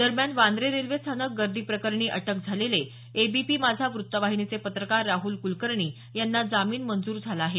दरम्यान वांद्रे रेल्वेस्थानक गर्दी प्रकरणी अटक झालेले एबीपी माझा वृत्तवाहिनीचे पत्रकार राहुल कुलकर्णी यांना जामीन मंजूर झाला आहे